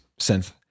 synth